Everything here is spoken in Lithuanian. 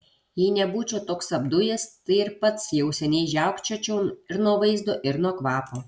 jei nebūčiau toks apdujęs tai ir pats jau seniai žiaukčiočiau ir nuo vaizdo ir nuo kvapo